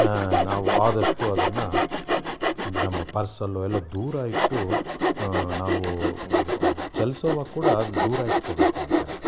ನಾವು ಆದಷ್ಟು ಅದನ್ನು ನಮ್ಮ ಪರ್ಸಲ್ಲೋ ಎಲ್ಲೋ ದೂರ ಇಟ್ಟು ನಾವು ಚಲಿಸೋವಾಗ ಕೂಡ ಅದನ್ನು ದೂರ ಇಟ್ಕೊಬೇಕು ಅಂತಾರೆ